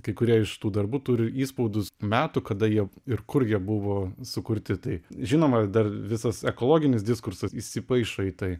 kai kurie iš tų darbų turi įspaudus metų kada jie ir kur jie buvo sukurti tai žinoma dar visas ekologinis diskursas įsipaišo į tai